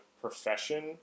profession